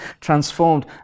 transformed